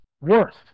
worth